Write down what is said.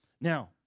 Now